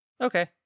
Okay